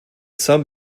some